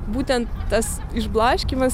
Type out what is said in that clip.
būtent tas išblaškymas